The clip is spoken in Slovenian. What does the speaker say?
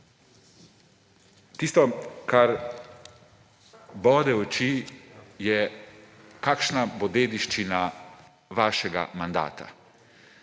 tisto, kar bode v oči, je, kakšna bo dediščina vašega mandata.